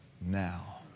now